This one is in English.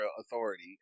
authority